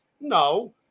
No